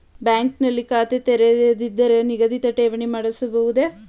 Bank ನಲ್ಲಿ ಖಾತೆ ತೆರೆಯದಿದ್ದರೂ ನಿಗದಿತ ಠೇವಣಿ ಮಾಡಿಸಬಹುದೇ?